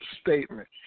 Statement